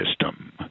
system